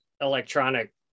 electronic